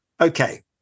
okay